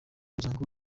kugirango